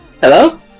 Hello